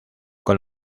con